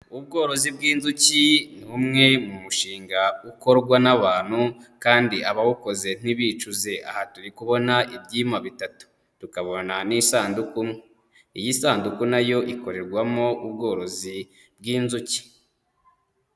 Ubworozi bw'inzuki ni umwe mu mushinga ukorwa n'abantu kandi abawukoze ntibicuze, aha turi kubona ibyima bitatu, tukabona n'isanduku, iyi sanduku na yo ikorerwamo ubworozi bw'inzuki.